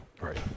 right